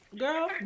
girl